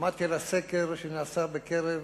שמעתי על הסקר שנעשה בקרב